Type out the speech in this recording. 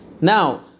Now